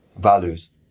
values